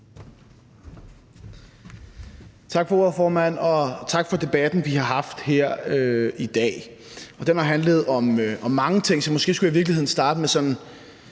Tak for ordet, formand. Og tak for debatten, vi har haft her i dag. Den har handlet om mange ting, så måske skulle jeg i virkeligheden starte med den